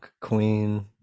queen